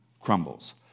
crumbles